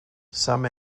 some